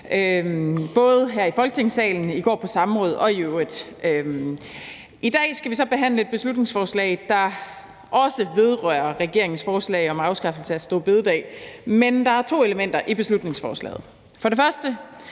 både her i Folketingssalen, i går på et samråd og i øvrigt. I dag skal vi så behandle et beslutningsforslag, der også vedrører regeringens forslag om afskaffelse af store bededag, men der er to elementer i beslutningsforslaget: for det første